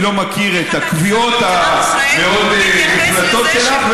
אני לא מכיר את הקביעות המאוד-נחרצות שלך,